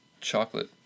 chocolate